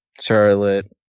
Charlotte